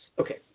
Okay